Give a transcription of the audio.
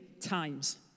times